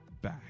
back